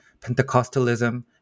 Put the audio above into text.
Pentecostalism